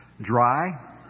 Dry